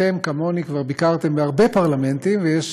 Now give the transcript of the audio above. אתם, כמוני, כבר ביקרתם בהרבה פרלמנטים, ויש